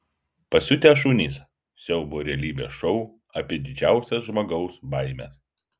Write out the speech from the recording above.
pasiutę šunys siaubo realybės šou apie didžiausias žmogaus baimes